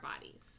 bodies